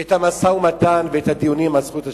את המשא-ומתן ואת הדיונים על זכות השיבה.